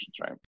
right